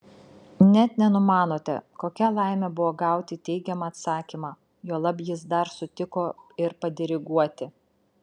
net nenumanote kokia laimė buvo gauti teigiamą atsakymą juolab jis dar sutiko ir padiriguoti